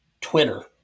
Twitter